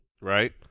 Right